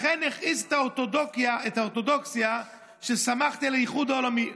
לכן הכעיס את האורתודוקסיה ששמחתי על האיחוד העולמי,